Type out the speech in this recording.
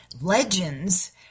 legends